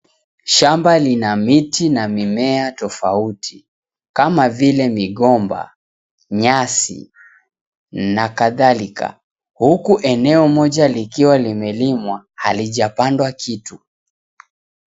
Shamba lina miti na mimea tofauti kama vile migomba, nyasi na kadhalika, huku eneo moja likiwa limelimwa, halijapandwa kitu.